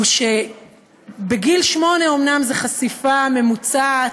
שבגיל שמונה אומנם זו חשיפה ממוצעת,